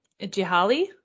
Jihali